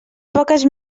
poques